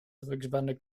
drugsbende